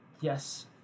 Yes